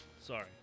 Sorry